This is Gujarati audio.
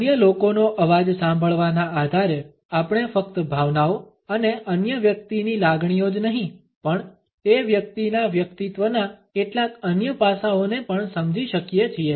અન્ય લોકોનો અવાજ સાંભળવાના આધારે આપણે ફક્ત ભાવનાઓ અને અન્ય વ્યક્તિની લાગણીઓ જ નહીં પણ તે વ્યક્તિના વ્યક્તિત્વના કેટલાક અન્ય પાસાઓને પણ સમજી શકીએ છીએ